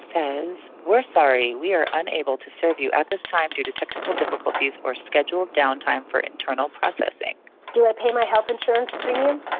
and we're sorry. we are unable to serve you at this time due to technical difficulties or scheduled downtime for internal processing do i pay my health insurance premium,